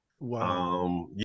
Wow